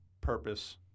purpose